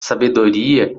sabedoria